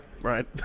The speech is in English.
Right